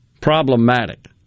Problematic